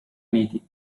uniti